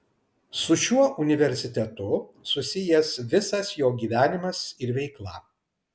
su šiuo universitetu susijęs visas jo gyvenimas ir veikla